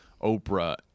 Oprah